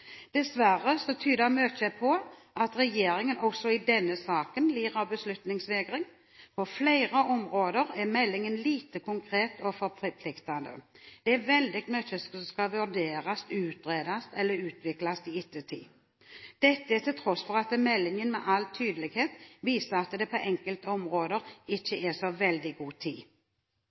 Dessverre tyder mye på at regjeringen også i denne saken lider av beslutningsvegring. På flere områder er meldingen lite konkret og forpliktende. Det er veldig mye som skal vurderes, utredes eller utvikles i ettertid – dette til tross for at meldingen med all tydelighet viser at det på enkelte områder ikke er så veldig god tid.